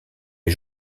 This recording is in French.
est